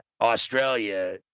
australia